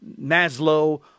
Maslow